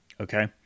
Okay